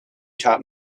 taught